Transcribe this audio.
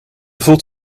voelt